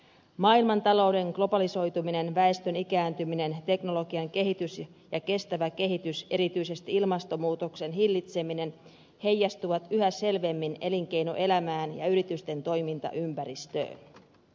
maailmantalouden globalisoituminen väestön ikääntyminen teknologian kehitys kestävä kehitys ja erityisesti ilmastonmuutoksen hillitseminen heijastuvat yhä selvemmin elinkeinoelämään ja yritysten toimintaympäristöön